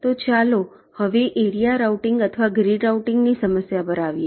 તો ચાલો હવે એરિયા રાઉટીંગ અથવા ગ્રીડ રાઉટીંગ ની સમસ્યા પર આવીએ